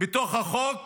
בתוך החוק